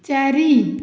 ଚାରି